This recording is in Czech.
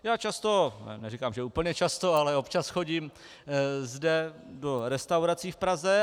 Já často, neříkám, že úplně často, ale občas chodím zde do restaurací v Praze.